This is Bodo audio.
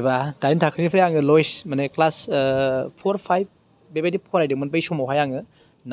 एबा दाइन थाखोनिफ्राय आङो लयेस्त माने क्लास फर फाइभ बेबायदि फरायदोंमोन बै समावहाय आङो